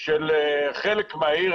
של חלק מהעיר.